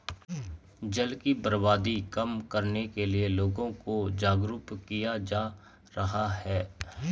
जल की बर्बादी कम करने के लिए लोगों को जागरुक किया जा रहा है